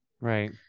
Right